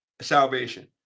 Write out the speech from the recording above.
salvation